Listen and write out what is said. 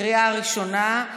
לקריאה ראשונה,